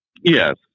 Yes